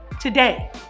today